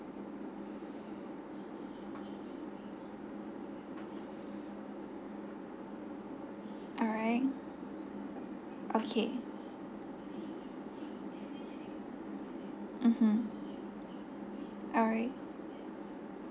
alright okay mmhmm alright